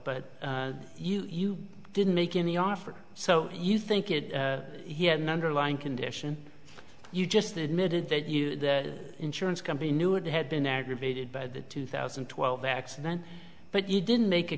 but you didn't make any offer so you think it he had an underlying condition you just admitted that you the insurance company knew it had been aggravated by the two thousand and twelve accident but you didn't make a